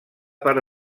per